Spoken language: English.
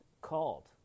called